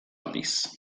aldiz